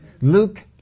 Luke